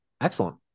Excellent